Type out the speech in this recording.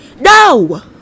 No